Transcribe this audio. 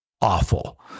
awful